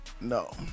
No